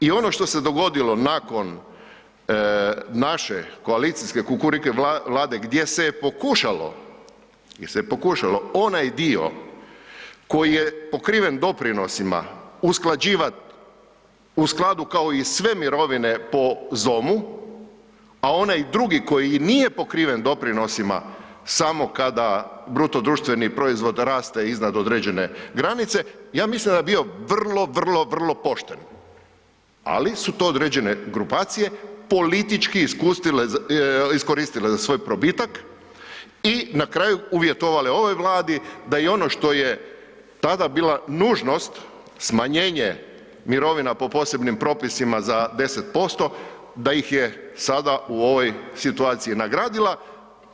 I ono što se dogodilo nakon naše koalicijske kukuriku Vlade gdje se je pokušalo, gdje je se pokušalo onaj dio koji je pokriven doprinosima usklađivat u skladu kao i sve mirovine po ZOM-u, a onaj drugi koji nije pokriven doprinosima samo kada BDP raste iznad određene granice, ja mislim da bi bio vrlo, vrlo, vrlo pošten, ali su to određene grupacije politički iskoristile za svoj probitak i na kraju uvjetovale ovaj Vladi da i ono što je tada bila nužnost smanjenje mirovina po posebnim propisima za 10% da ih je sada u ovoj situaciji nagradila,